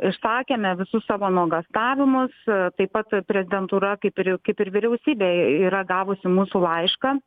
išsakėme visus savo nuogąstavimus taip pat prezidentūra kaip ir kaip ir vyriausybė yra gavusi mūsų laišką